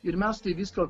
ir mes tai viską